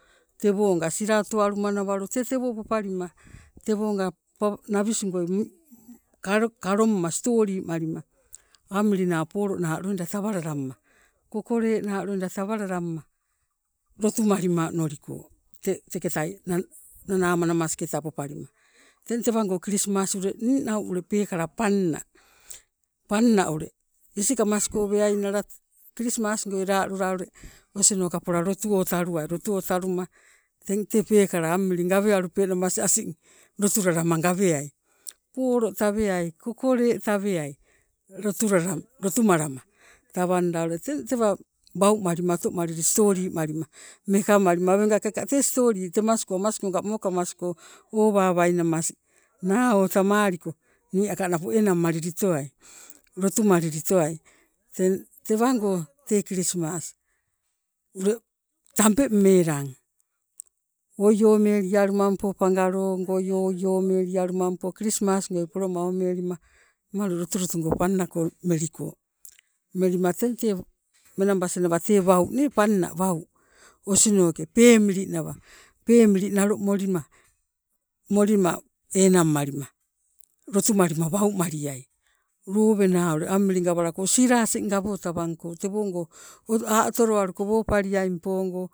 Tewonga tee sila otowaluma nawalo tee tewo popalima pa- navisgoi kalomma stoli malima, amili naa polo naa loida tawalalamma, kokole naa loida tawalalamma lotumalima onoliko, te teketai nanama namasketai popalima. Teng tewango klismas ule ninau ule peekala panna, panna ule isikamasko weainala kilismasgoi lalula ule osinoka pola lotuwotaluwai, lotuwotaluma tee peekala amili gawealupenamas asing lotulalama gaweai. Polo taweai, kokole taweai lotulala lotumalama, tawanda ule teng tewa waumalima otomalili stoli malima meka malima oigakeka tee stoli temasko amasnoga mokamasko owawainamas naotamaliko nii aka napo enang o tamalitowai, lotumalilitowai. Teng tewango tee kilismas ule tabeng melang, oi omelialumampo pangalogoi oi omelialumampo kilismas goi poloma omelima lotulotugo panna ko meliko. Melima teng tee menabas nawa tee wau nee panna wau osinoke pemili nawa pemili nalo molima, molima enang malima lotu malima wau maliai. Lowena ule amili gawalako sila asing gawotawangko tewongo a' otolowaluko woopaliaingo.